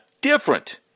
different